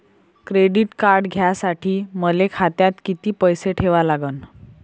Credit card घ्यासाठी मले खात्यात किती पैसे ठेवा लागन?